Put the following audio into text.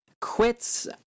quits